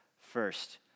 First